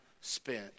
spent